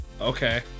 Okay